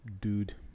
dude